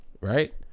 Right